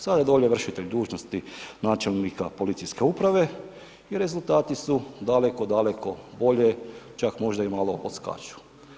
Sada je dolje vršitelj dužnosti načelnika policijske uprave i rezultati su daleko, daleko bolje, čak možda malo i odskaču.